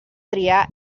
triar